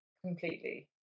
completely